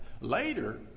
later